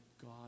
God